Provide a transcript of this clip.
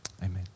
Amen